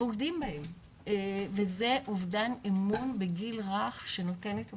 בוגדים בהם וזה אובדן אמון בגיל רך שנותן את אותותיו.